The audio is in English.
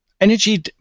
energy